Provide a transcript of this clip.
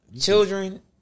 Children